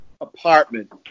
apartment